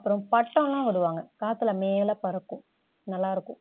அப்புறோம் பட்டோலாம் விடுவாங்க காற்றுல மேலே பறக்கும் நல்லாயிருக்கும்